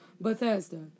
Bethesda